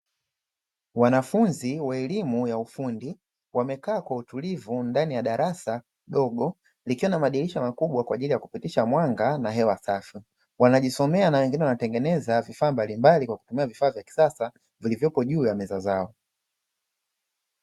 Wanafunzi wa elimu ya ufundi wamekaa kwa utulivu ndani ya darasa dogo likiwa na madirisha makubwa kwa ajili ya kupitisha mwanga na hewa safi, wanajisomea na wengine wanatengeneza vifaa mbalimbali kw akutumia vifaa vya kisasa vilivyopo juu ya meza zao.